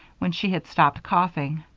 when she had stopped coughing.